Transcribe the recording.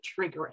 triggering